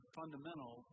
fundamental